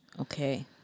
Okay